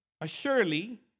Assuredly